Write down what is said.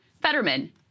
Fetterman